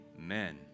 Amen